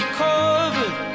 covered